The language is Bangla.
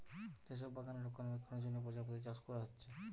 যে সব বাগানে রক্ষণাবেক্ষণের জন্যে প্রজাপতি চাষ কোরা হচ্ছে